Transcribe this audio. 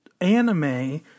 anime